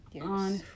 On